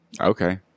okay